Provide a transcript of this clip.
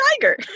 tiger